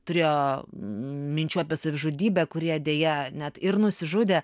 turėjo minčių apie savižudybę kurie deja net ir nusižudė